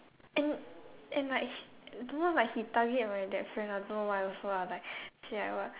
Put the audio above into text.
and and like he don't know like he target my that friend ah I don't know why also ah but say like what